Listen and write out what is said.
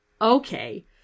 okay